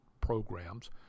programs